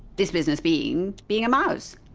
this business being, being a mouse.